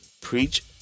preach